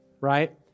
right